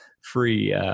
free